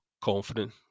confident